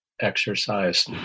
exercise